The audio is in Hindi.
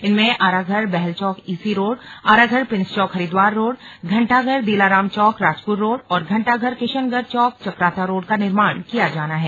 इनमें आराघर बहलचौक ईसी रोड आराघर प्रिंस चौक हरिद्वार रोड घण्टाघर दिलाराम चौक राजपुर रोड और घण्टाघर किशननगर चौक चकराता रोड का निर्माण किया जाना है